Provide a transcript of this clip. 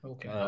Okay